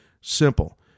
simple